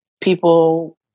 people